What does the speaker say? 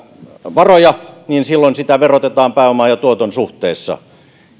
varoja niin silloin sitä verotetaan pääoman ja tuoton suhteessa